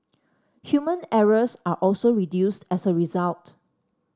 human errors are also reduced as a result